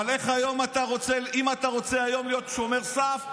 אבל אם אתה רוצה היום להיות שומר סף,